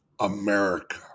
America